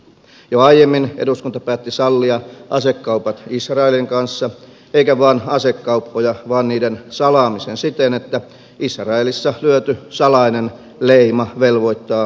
jo aiemmin eduskunta päätti sallia asekaupat israelin kanssa eikä vain asekauppoja vaan niiden salaamisen siten että israelissa lyöty salainen leima velvoittaa myös suomalaisia